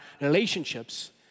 relationships